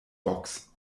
box